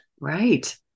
Right